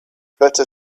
better